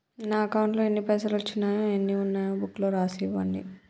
నా అకౌంట్లో ఎన్ని పైసలు వచ్చినాయో ఎన్ని ఉన్నాయో బుక్ లో రాసి ఇవ్వండి?